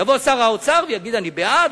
יבוא שר האוצר ויגיד: אני בעד.